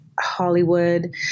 Hollywood